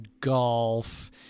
golf